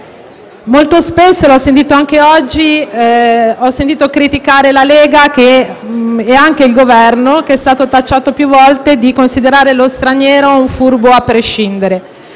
Molto spesso - è stato fatto anche oggi - ho sentito criticare la Lega e il Governo, tacciati più volte di considerare lo straniero un furbo a prescindere.